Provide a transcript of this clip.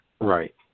Right